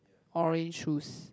orange shoes